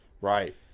Right